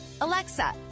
Alexa